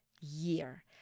year